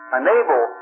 enable